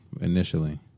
initially